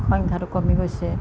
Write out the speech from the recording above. সংখ্যাটো কমি গৈছে